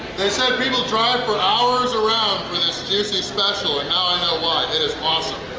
they said people drive for hours around for this juicy special and now i know why it is awesome!